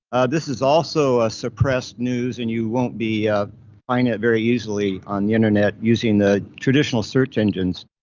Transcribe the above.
this is also a suppressed news and you won't be find it very easily on the internet using the traditional search engines.